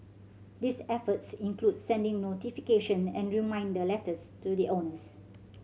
these efforts include sending notification and reminder letters to the owners